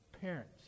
parents